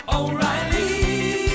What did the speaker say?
O'Reilly